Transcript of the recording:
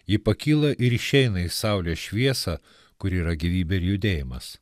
ji pakyla ir išeina į saulės šviesą kuri yra gyvybė ir judėjimas